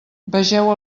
vegeu